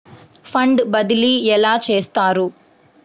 Fund బదిలీ ఎలా చేస్తారు?